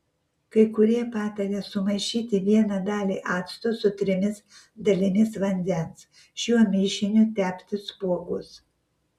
kai kurie pataria sumaišyti vieną dalį acto su trimis dalimis vandens šiuo mišiniu tepti spuogus